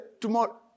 tomorrow